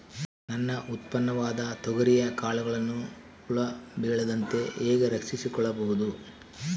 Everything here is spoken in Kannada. ನನ್ನ ಉತ್ಪನ್ನವಾದ ತೊಗರಿಯ ಕಾಳುಗಳನ್ನು ಹುಳ ಬೇಳದಂತೆ ಹೇಗೆ ರಕ್ಷಿಸಿಕೊಳ್ಳಬಹುದು?